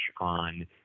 on